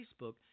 Facebook